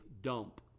dump